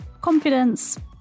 confidence